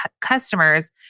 customers